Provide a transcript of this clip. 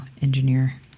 engineer